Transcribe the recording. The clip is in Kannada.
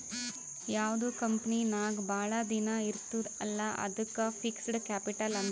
ಯಾವ್ದು ಕಂಪನಿ ನಾಗ್ ಭಾಳ ದಿನ ಇರ್ತುದ್ ಅಲ್ಲಾ ಅದ್ದುಕ್ ಫಿಕ್ಸಡ್ ಕ್ಯಾಪಿಟಲ್ ಅಂತಾರ್